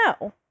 No